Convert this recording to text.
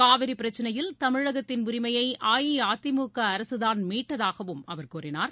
காவிரி பிரச்னையில் தமிழகத்தின் உரிமையை அஇஅதிமுக அரசுதான் மீட்டதாகவும் அவர் கூறினார்